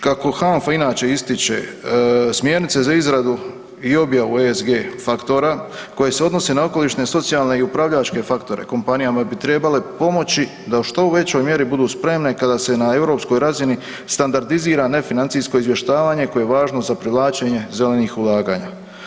Kako HANFA inače ističe smjernice za izradu i objavu ESSG faktora koje se odnose na okolišne, socijalne i upravljačke faktore, kompanijama bi trebale pomoći da u što većoj mjeri budu spremne kada se na europskoj razini standardizira nefinancijsko izvještavanje koje je važno za privlačenje zelenih ulaganja.